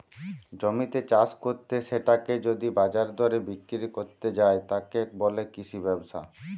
জমিতে চাষ কত্তে সেটাকে যদি বাজারের দরে বিক্রি কত্তে যায়, তাকে বলে কৃষি ব্যবসা